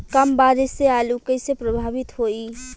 कम बारिस से आलू कइसे प्रभावित होयी?